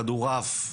כדורעף,